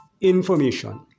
information